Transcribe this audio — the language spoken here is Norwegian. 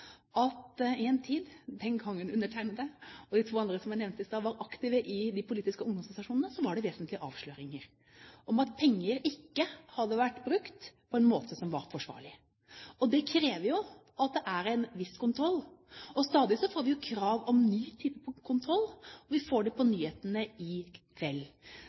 at i den tiden undertegnede og de to andre, som jeg nevnte i stad, var aktive i de politiske ungdomsorganisasjonene, var det vesentlig avsløringer om at penger ikke hadde vært brukt på en måte som var forsvarlig. Det krever jo at det er en viss kontroll. Stadig får vi jo krav om ny type kontroll, og vi får det på nyhetene i kveld.